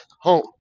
home